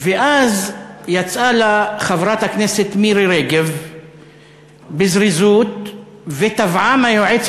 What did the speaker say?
ואז יצאה לה חברת הכנסת מירי רגב בזריזות ותבעה מהיועץ